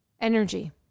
energy